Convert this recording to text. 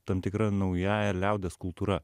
tam tikra naująja liaudies kultūra